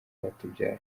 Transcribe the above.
rwatubyaye